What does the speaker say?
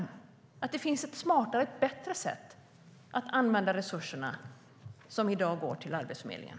Är det att det finns ett smartare och bättre sätt att använda resurserna som i dag går till Arbetsförmedlingen?